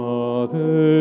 Father